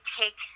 take